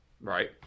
Right